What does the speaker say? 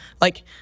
Like-